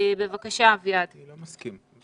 אני לא מסכים.